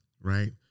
right